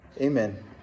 Amen